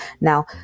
Now